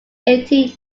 eighteen